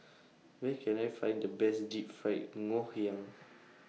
Where Can I Find The Best Deep Fried Ngoh Hiang